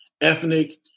ethnic